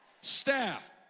staff